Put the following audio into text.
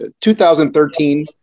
2013